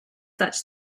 such